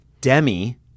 Demi